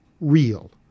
real